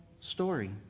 story